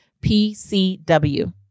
PCW